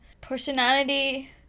personality